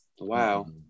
Wow